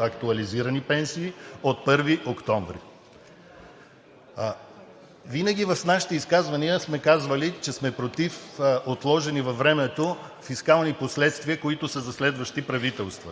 актуализирани пенсии от 1 октомври. Винаги в нашите изказвания сме казвали, че сме против отложени във времето фискални последствия, които са за следващи правителства.